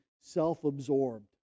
self-absorbed